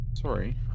sorry